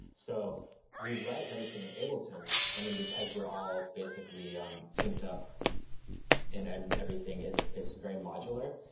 so we write everything in ableton, and then because we're all basically um synced up and and everything is is very modular,